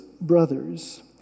brothers